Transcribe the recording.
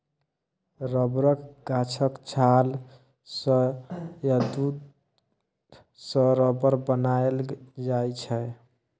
रबरक गाछक छाल सँ या दुध सँ रबर बनाएल जाइ छै